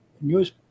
news